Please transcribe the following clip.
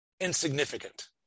insignificant